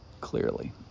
clearly